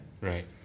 Right